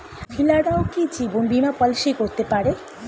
মহিলারাও কি জীবন বীমা পলিসি করতে পারে?